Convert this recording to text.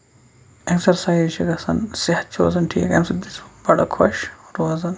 exercise چھےٚ گژھان صحت چھُ روزان ٹھیٖک اَمہِ سۭتۍ چھُس بَڈٕ خۄش روزان